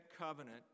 Covenant